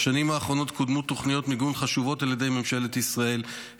בשנים האחרונות קודמו תוכניות מיגון חשובות על ידי ממשלת ישראל,